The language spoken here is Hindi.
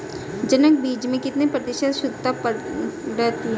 जनक बीज में कितने प्रतिशत शुद्धता रहती है?